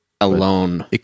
alone